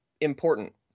important